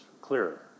clearer